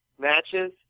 matches